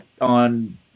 on